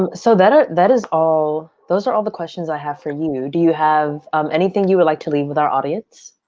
and so that ah that is all those are all the questions i have for you and you do you have um anything you would like to leave with our audience?